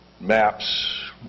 maps